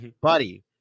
buddy